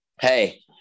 Hey